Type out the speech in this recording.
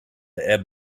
ebb